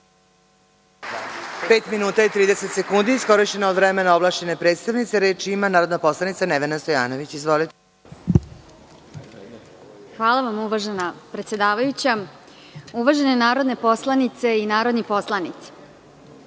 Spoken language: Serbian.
minuta i 30 sekundi iskorišćeno od vremena ovlašćene predstavnice. Reč ima narodna poslanica Nevena Stojanović. Izvolite. **Nevena Stojanović** Hvala vam uvažena predsedavajuća, uvažene narodne poslanice i narodni poslanici,